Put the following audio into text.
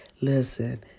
Listen